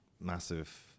massive